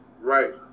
Right